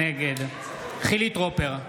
נגד חילי טרופר,